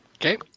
Okay